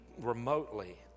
remotely